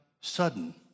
sudden